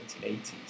1980s